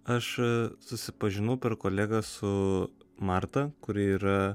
aš susipažinau per kolegą su marta kuri yra